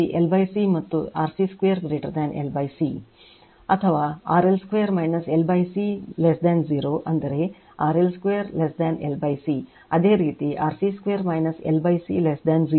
ಅಥವಾ RL2 L C 0 ಅಂದರೆ RL2 L C ಅದೇ ರೀತಿ RC2 L C 0 ಅಂದರೆ RC2 L C